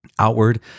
Outward